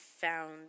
found